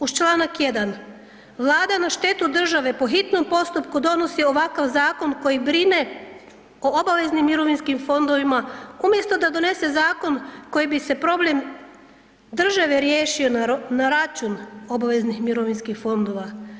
Uz čl. 1. Vlada na štetu države po hitnom postupku donosi ovakav zakon koji brine o obveznim mirovinskim fondovima umjesto da donese zakon kojim bi se problem države riješio na račun obaveznih mirovinskih fondova.